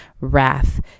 Wrath